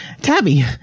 Tabby